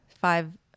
five